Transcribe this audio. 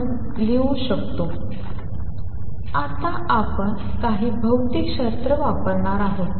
म्हणून देखील लिहू शकतो आता आपण काही भौतिकशास्त्र वापरणार आहोत